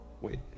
Wait